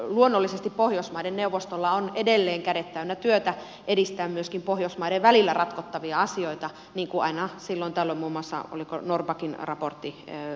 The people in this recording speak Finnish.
luonnollisesti pohjoismaiden neuvostolla on edelleen kädet täynnä työtä edistää myöskin pohjoismaiden välillä ratkottavia asioita niin kuin aina silloin on todettu oliko se muun muassa norrbackin raportti joka tämän on osoittanut